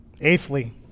Eighthly